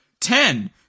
Ten